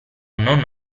non